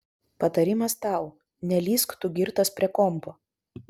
patarimas tau nelįsk tu girtas prie kompo